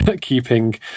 keeping